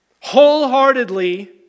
wholeheartedly